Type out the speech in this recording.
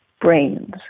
brains